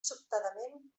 sobtadament